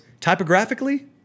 typographically